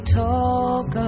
talk